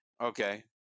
Okay